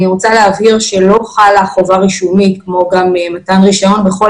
אני רוצה להבהיר שלא חלה חובה רישומית כמו גם מתן רישיון בכל